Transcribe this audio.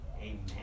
Amen